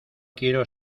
quiero